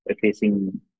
facing